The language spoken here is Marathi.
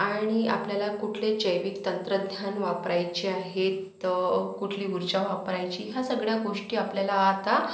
आणि आपल्याला कुठले जैविक तंत्रज्ञान वापरायचे आहे तर कुठली ऊर्जा वापरायची ह्या सगळ्या गोष्टी आपल्याला आता